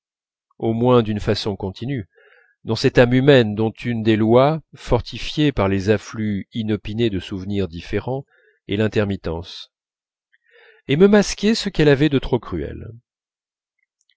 au moins d'une façon continue dans cette âme humaine dont une des lois fortifiée par les afflux inopinés de souvenirs différents est